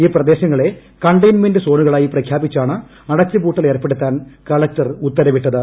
ഈ പ്രദേശങ്ങളെ കണ്ടെയിൻമെന്റ് സോണുകളായി പ്രഖ്യാപിച്ചാണ് അടച്ചുപൂട്ടൽ ഏർപ്പെടുത്താൻ കളക്ടർ ഉത്തരവിട്ടത്